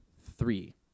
three